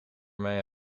mij